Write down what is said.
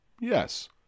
Yes